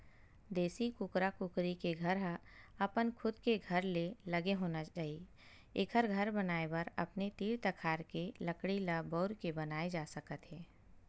देसी कुकरा कुकरी के घर ह अपन खुद के घर ले लगे होना चाही एखर घर बनाए बर अपने तीर तखार के लकड़ी ल बउर के बनाए जा सकत हे